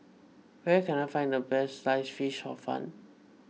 where can I find the best Sliced Fish Hor Fun